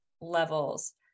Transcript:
levels